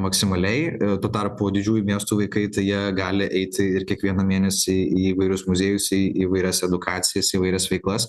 maksimaliai tuo tarpu didžiųjų miestų vaikai tai jie gali eiti ir kiekvieną mėnesį į įvairius muziejus į įvairias edukacijas įvairias veiklas